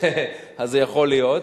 אז זה יכול להיות.